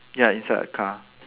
ya inside a car